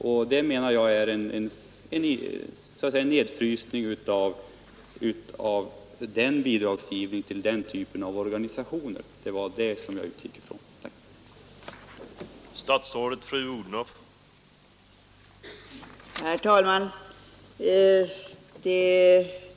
Och det är, menar jag, en nedfrysning av bidragsgivningen till den typen av organisationer. — Det var alltså det jag utgick från i mitt inlägg.